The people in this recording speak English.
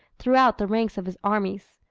throughout the ranks of his armies.